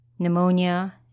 pneumonia